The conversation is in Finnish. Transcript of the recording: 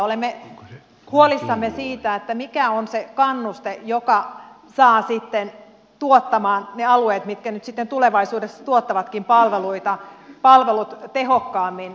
olemme huolissamme siitä mikä on se kannuste joka saa sitten ne alueet mitkä nyt sitten tulevaisuudessa tuottavatkin palveluita tuottamaan palvelut tehokkaammin